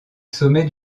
sommet